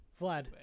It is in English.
Vlad